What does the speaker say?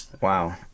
Wow